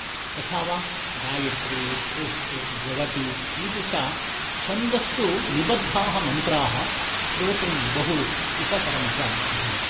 यथा वा गायित्री त्रिष्टुप् जगती ईदृश छन्दस्सु निबद्धाः मन्त्राः श्रोतुं बहु हितकरं च भवति